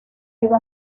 iba